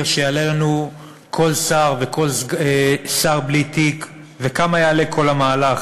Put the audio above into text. שיעלה לנו כל שר וכל שר בלי תיק וכמה יעלה כל המהלך.